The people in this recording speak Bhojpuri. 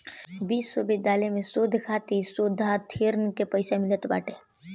विश्वविद्यालय में शोध खातिर सब शोधार्थीन के पईसा मिलत बाटे